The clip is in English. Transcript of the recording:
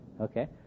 Okay